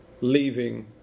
leaving